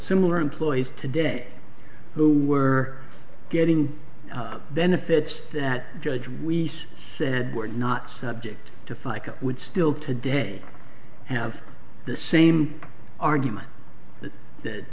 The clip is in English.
similar employees today who were getting benefits that judge we said were not subject to fica would still today have the same argument that